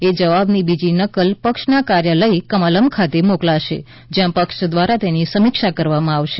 એ જવાબની બીજી નકલ પક્ષના કાર્યાલય કમલમ ખાતે મોકલાશે જ્યાં પક્ષ દ્વારા તેની સમીક્ષા કરવામાં આવશે